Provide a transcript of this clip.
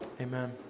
Amen